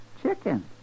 Chicken